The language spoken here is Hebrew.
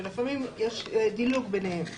ולפעמים יש דילוג ביניהן.